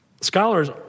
Scholars